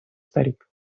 старик